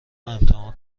امتحان